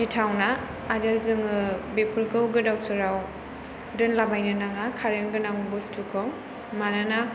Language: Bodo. गिथावना आरो जोङो बेफोरखौ गोदाव सोराव दोनला बायनो नाङा कारेन्त गोनां बुस्थुखौ मानोना